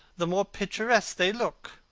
the more picturesque they look.